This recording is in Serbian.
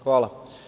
Hvala.